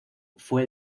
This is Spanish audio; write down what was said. fue